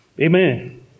Amen